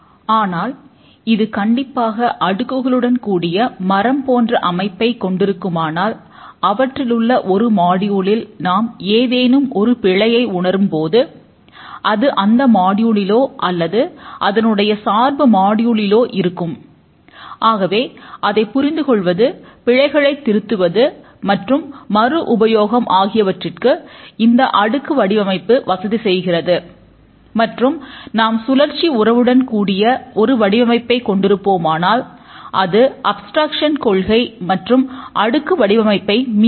ஆனால் இது கண்டிப்பாக அடுக்குகளுடன் கூடிய மரம் போன்ற அமைப்பை கொண்டிருக்குமானால் அவற்றிலுள்ள ஒரு மாடியூலில் கொள்கை மற்றும் அடுத்து வடிவமைப்பை மீறுகிறது